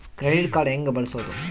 Credit card ಹೆಂಗ ಬಳಸೋದು?